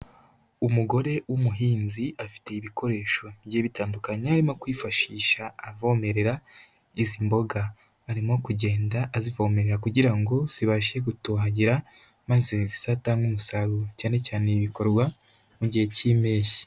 Umugore w'umuhinzi afite ibikoresho bigiye bitandukanye arimo kwifashisha avomerera izi mboga, arimo kugenda azivomere kugira ngo zibashe gutohagira maze zitatanga umusaruro, cyane cyane ibi bikorwa mu gihe cy'Impeshyi.